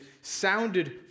sounded